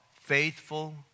faithful